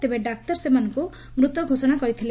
ତେବେ ଡାକ୍ତର ସେମାନଙ୍କୁ ମୃତ ଘୋଷଣା କରିଥିଲେ